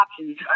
options